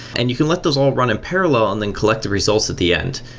and you can let those all run in parallel and then collect the results at the end.